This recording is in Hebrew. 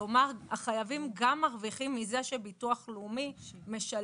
כלומר החייבים גם מרוויחים מזה שביטוח לאומי משלם,